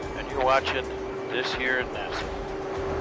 and you're watching this year nasa.